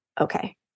okay